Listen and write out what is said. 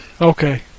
Okay